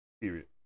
Period